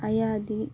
अयादि